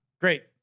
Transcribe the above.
Great